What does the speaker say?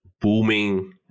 booming